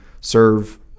serve